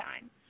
Time